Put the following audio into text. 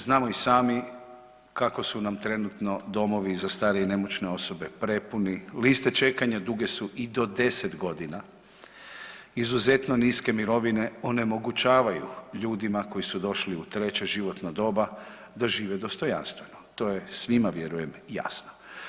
Znamo i sami kakvi su nam trenutno domovi za starije i nemoćne osobe prepuni, liste čekanja duge su i do deset godina, izuzetno niske mirovine onemogućavaju ljudima koji su došli u treće životno doba da žive dostojanstveno, to je svima vjerujem jasno.